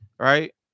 Right